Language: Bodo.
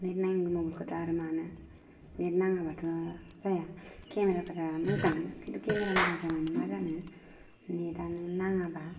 नेट नाङै मबेलखौ दा आरो मानो नेट नाङाबाथ' जाया खेमेराफ्रा मोजां खिन्थु खेमेरा मोजां जानानै मा जानो नेटआनो नाङाबा